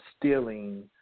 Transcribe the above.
stealing